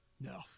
No